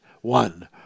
One